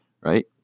right